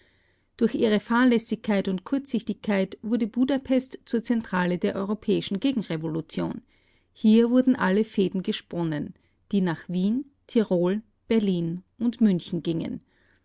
durch ihre fahrlässigkeit und kurzsichtigkeit wurde budapest zur zentrale der europäischen gegenrevolution hier wurden alle fäden gesponnen die nach wien tirol berlin und münchen gingen